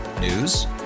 News